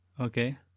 Okay